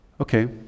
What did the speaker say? Okay